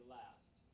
last